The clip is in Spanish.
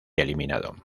eliminado